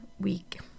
week